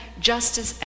justice